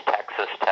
Texas